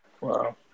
Wow